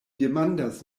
demandas